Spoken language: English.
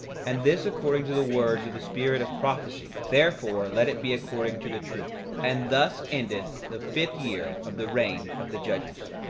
and this according to the words of the spirit of prophecy therefore let it be according to the truth. and thus endeth the fifth year of the reign of the judges.